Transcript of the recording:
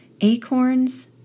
acorns